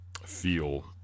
feel